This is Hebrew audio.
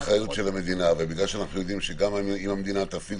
אחריות של המדינה ובגלל שאנחנו יודעים שגם אם המדינה תפעיל